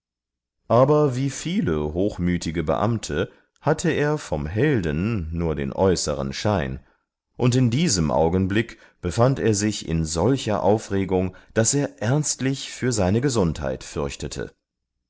aber wie viele hochmütige beamte hatte er vom helden nur den äußeren schein und in diesem augenblick befand er sich in solcher aufregung daß er ernstlich für seine gesundheit fürchtete